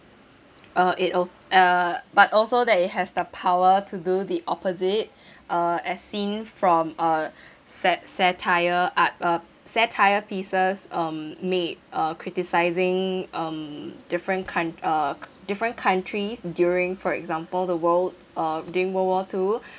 uh it als~ uh but also that it has the power to do the opposite uh as seen from uh sa~ satire art uh satire pieces um may uh criticising um different count~ uh different countries during for example the world uh during world war two